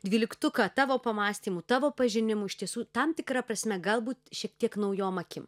dvyliktuką tavo pamąstymų tavo pažinimų iš tiesų tam tikra prasme galbūt šiek tiek naujom akim